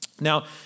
Now